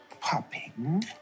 popping